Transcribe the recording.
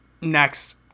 Next